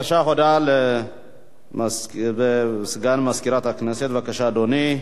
הודעה לסגן מזכירת הכנסת, בבקשה, אדוני.